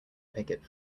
picket